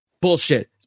bullshit